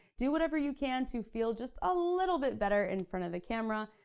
do whatever you can to feel just a little bit better in front of the camera,